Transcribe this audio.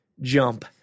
jump